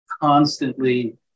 constantly